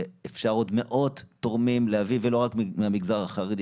שאפשר להביא עוד מאות תורמים ולא רק מהמגזר החרדי.